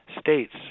states